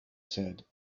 said